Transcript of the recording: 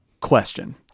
question